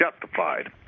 justified